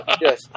Yes